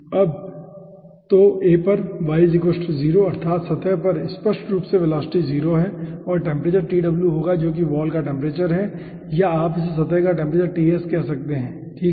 अब तो A पर y 0 अर्थात सतह पर स्पष्ट रूप से वेलोसिटी 0 होगी और टेम्परेचर Tw होगा जो कि वाल का टेम्परेचर है या आप इसे सतह का टेम्परेचर कह सकते हैं ठीक है